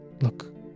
Look